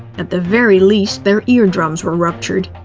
at the very least, their eardrums were ruptured.